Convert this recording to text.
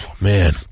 Man